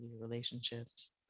relationships